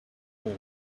door